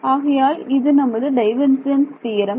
ஆகையால் இது நமது டைவர்ஜென்ஸ் தியரம்